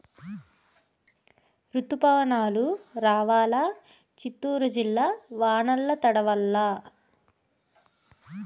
రుతుపవనాలు రావాలా చిత్తూరు జిల్లా వానల్ల తడవల్ల